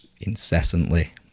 incessantly